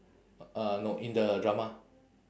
uh no in the drama